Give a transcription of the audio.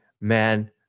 Man